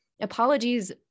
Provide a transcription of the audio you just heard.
apologies